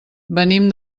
venim